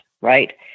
right